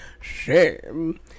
Shame